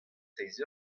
seizh